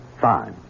Fine